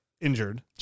injured